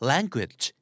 Language